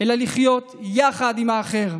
אלא לחיות יחד עם האחר,